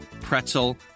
pretzel